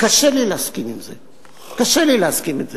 קשה לי להסכים עם זה, קשה לי להסכים עם זה,